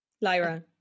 Lyra